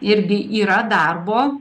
irgi yra darbo